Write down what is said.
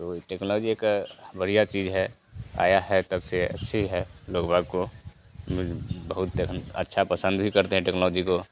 तो ये टेक्नोलॉजी एक बढ़िया चीज़ है आया है तब से अच्छी है लोग वाग को मि बहुत अच्छा पसंद भी करते हैं टेक्नोलॉजी